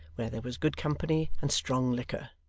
where there was good company and strong liquor.